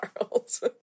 Charles